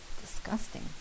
disgusting